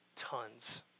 Tons